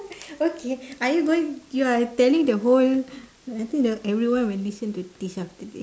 okay are you going you are telling the whole I think the everyone will listen to this after today